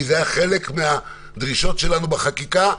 כי זה היה חלק מהדרישות שלנו בחקיקה.